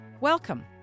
Welcome